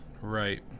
Right